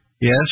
Yes